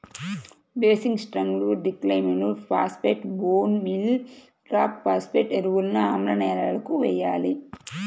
basic slag, డిక్లైమ్ phosphate, bone meal rock phosphate ఎరువులను ఆమ్ల నేలలకు వేయాలి